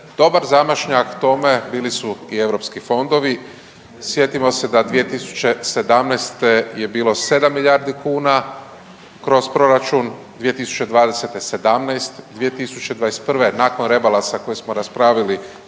Dobar zamašnjak tome bili su i Europski fondovi. Sjetimo se da 2017. je bilo 7 milijardi kuna kroz Proračun, 2020. sedamnaest , 2021. nakon Rebalansa koji smo raspravili